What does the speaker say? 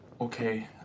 Okay